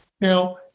Now